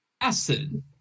Acid